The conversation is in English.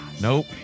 Nope